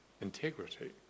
integrity